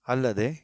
ಅಲ್ಲದೇ